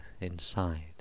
inside